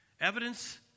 Evidence